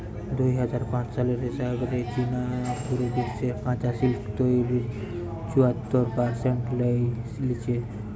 দুই হাজার পাঁচ সালের হিসাব রে চীন পুরা বিশ্বের কাচা সিল্ক তইরির চুয়াত্তর পারসেন্ট লেই লিচে